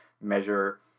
measure